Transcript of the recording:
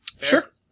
sure